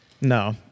No